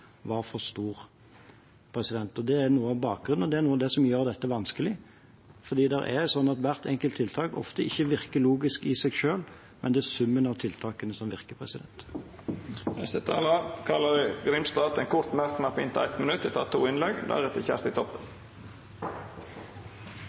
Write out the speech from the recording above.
var for stor. Det er noe av bakgrunnen og noe av dette som gjør det vanskelig, for hvert enkelt tiltak virker ofte ikke logisk i seg selv, det er summen av tiltakene som virker. Representanten Carl Erik Grimstad har hatt ordet to gonger og får ordet til ein kort merknad, avgrensa til 1 minutt. Jeg må jo gi et svar til